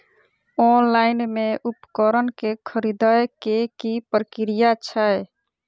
Online मे उपकरण केँ खरीदय केँ की प्रक्रिया छै?